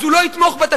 אז הוא לא יתמוך בתקציב.